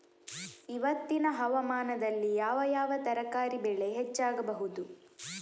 ಇವತ್ತಿನ ಹವಾಮಾನದಲ್ಲಿ ಯಾವ ಯಾವ ತರಕಾರಿ ಬೆಳೆ ಹೆಚ್ಚಾಗಬಹುದು?